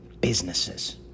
businesses